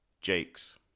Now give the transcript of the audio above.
Jake's